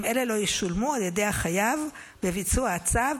אם אלה לא ישולמו על ידי החייב בביצוע הצו,